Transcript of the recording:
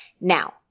Now